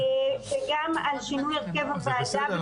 גם על שינוי הרכב הוועדה ב-PTSD --- זה בסדר.